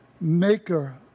maker